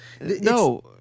No